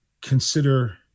consider